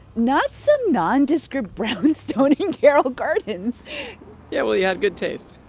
not some nondescript brownstone in carroll gardens yeah. well, he had good taste